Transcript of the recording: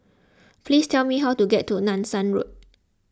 please tell me how to get to Nanson Road